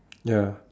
ya